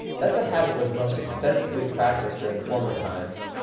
that the habit was most extensively practised during former times,